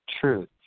truth